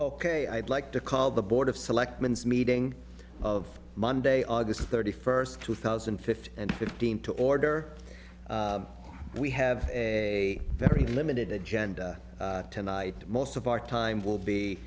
ok i'd like to call the board of selectmen meeting of monday august thirty first two thousand and fifty and fifteen to order we have a very limited agenda tonight most of our time will be